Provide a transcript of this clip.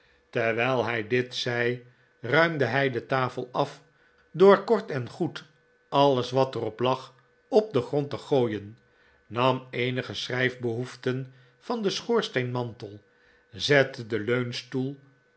terwijl hij dit zei ruimd e hij de tafel af door kort en goed alles wat er op lag op den grond te gooien nam eenige schrijfbehoeften van den schoorsteenmantel zette den